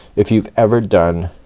if you've ever done